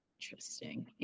Interesting